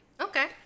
Okay